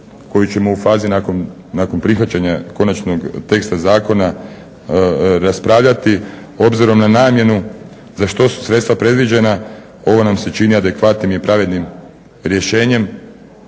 koju ćemo u fazi nakon prihvaćanja konačnog teksta zakona raspravljati obzirom na namjenu za što su sredstva predviđena ovo nam se čini adekvatnim i pravednim rješenjem.